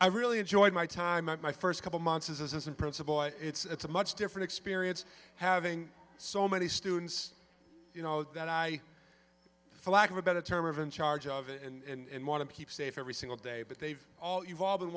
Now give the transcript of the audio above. i really enjoyed my time at my first couple months as assistant principal it's a much different experience having so many students you know that i for lack of a better term of in charge of and want to keep safe every single day but they've all you've all been